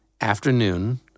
afternoon